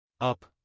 Up